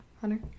Hunter